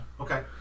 Okay